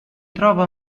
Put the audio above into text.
trova